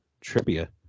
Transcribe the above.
trivia